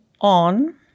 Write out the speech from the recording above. on